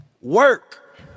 Work